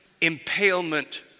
impalement